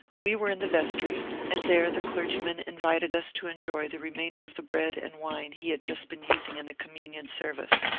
we were in the vestry, and there the clergyman invited us to enjoy the remainder of the bread and wine he had just been using in the communion service.